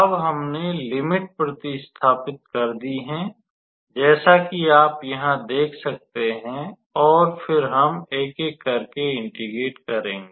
अब हमने लिमिट प्रतिस्थापित कर दी हैं जैसा कि आप यहाँ देख सकते हैं और फिर हम एक एक करके इंटेग्रेट करेंगे